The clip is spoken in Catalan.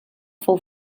fou